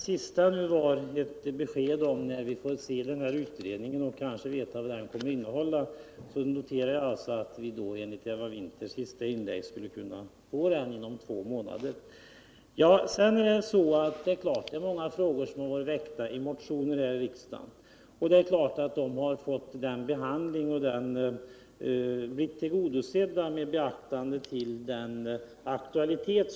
Herr talman! Om det sista fru Winther sade var ett besked konstaterar jag att utredningens resultat kommer att föreligga om två månader. Det är många frågor som tagits upp i motioner här i riksdagen, och det är klart att motionerna fått den behandling som svarat mot deras aktualitet.